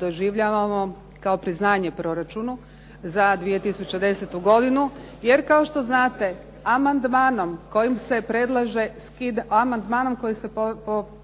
doživljavamo kao priznanje proračunu za 2010. godinu, jer kao što znate amandmanom kojim se predlaže povećavanje na nekoj stavci